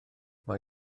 mae